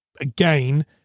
again